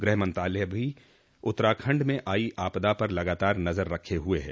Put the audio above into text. गृह मंत्रालय भी उत्तराखंड में आई आपदा पर लगातार नजर रखे हुए है